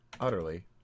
utterly